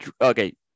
okay